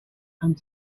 and